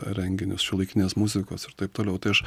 renginius šiuolaikinės muzikos ir taip toliau tai aš